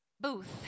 booth